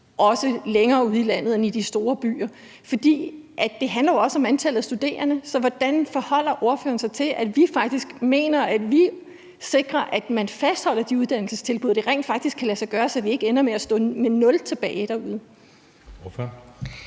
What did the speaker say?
også længere ude i landet end i de store byer. For det handler jo også om antallet af studerende. Så hvordan forholder ordføreren sig til, at vi faktisk mener, at vi skal sikre, at man fastholder de uddannelsestilbud, der rent faktisk kan lade sig gøre, så vi ikke ender med at stå med nul tilbage derude?